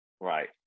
Right